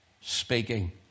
speaking